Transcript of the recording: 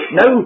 no